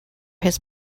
his